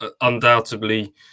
undoubtedly